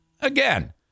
Again